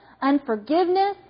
unforgiveness